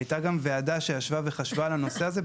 הייתה גם ועדה שישבה וחשבה על הנושא הזה,